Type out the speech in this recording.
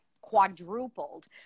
quadrupled